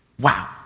Wow